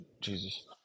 Jesus